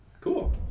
cool